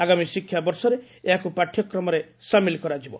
ଆଗାମୀ ଶିକ୍ଷା ବର୍ଷରେ ଏହାକୁ ପାଠ୍ୟକ୍ରମରେ ସାମିଲ କରାଯିବ